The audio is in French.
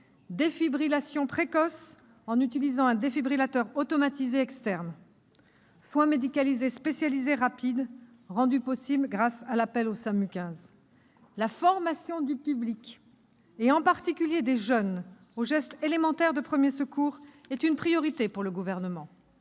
défibrillation précoce en utilisant un défibrillateur automatisé externe ; soins médicalisés spécialisés rapides, rendus possibles grâce à l'appel au SAMU. La formation du public, et en particulier des jeunes, aux gestes élémentaires de premiers secours est une priorité pour le Gouvernement.